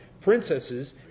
princesses